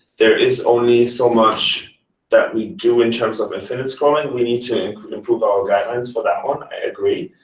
there is only so much that we do in terms of infinite scrolling. we need to improve our guidelines for that one. i agree.